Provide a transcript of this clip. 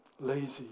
lazy